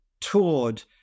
toured